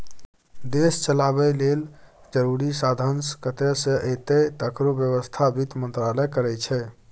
देश चलाबय लेल जरुरी साधंश कतय सँ एतय तकरो बेबस्था बित्त मंत्रालय करै छै